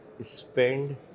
spend